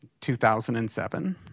2007